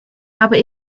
aber